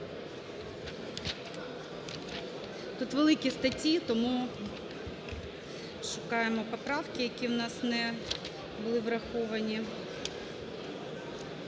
Тут великі статті, тому шукаємо поправки, які у нас не були враховані,